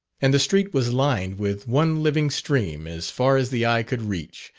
and the street was lined with one living stream, as far as the eye could reach,